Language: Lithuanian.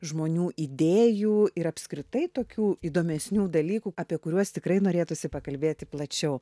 žmonių idėjų ir apskritai tokių įdomesnių dalykų apie kuriuos tikrai norėtųsi pakalbėti plačiau